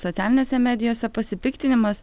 socialinėse medijose pasipiktinimas